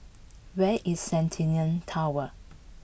where is Centennial Tower